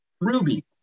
Ruby